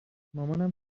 مامانم